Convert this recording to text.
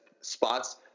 spots